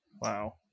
Wow